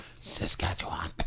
Saskatchewan